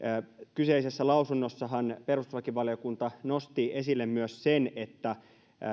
kyseisessä lausunnossahan perustuslakivaliokunta nosti esille myös sen että